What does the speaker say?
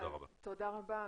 תודה רבה.